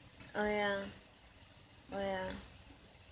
oh ya oh ya